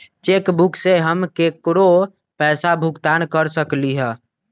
cheque book से हम केकरो पैसा भुगतान कर सकली ह